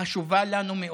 חשובות לנו מאוד.